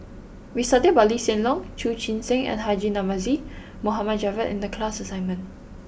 we studied about Lee Hsien Loong Chu Chee Seng and Haji Namazie Mohd Javad in the class assignment